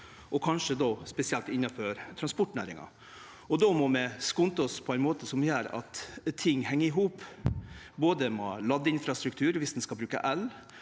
då kanskje spesielt innanfor transportnæringa. Då må vi skunde oss på ein måte som gjer at ting heng i hop, både med ladeinfrastruktur viss ein skal bruke el,